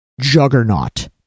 juggernaut